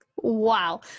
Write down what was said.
Wow